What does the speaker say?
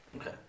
Okay